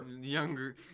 younger